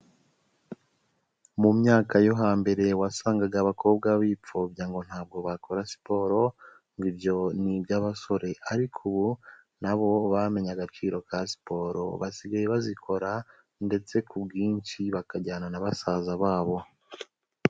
Mu myaka yo hambere wasangaga abakobwa bipfobya ngo ntabwo bakora siporo ngo ibyo ni iby'abasore, ariko ubu nabo bamenye agaciro ka siporo, basigaye bazikora ndetse ku bwinshi bakajyana na basaza babo.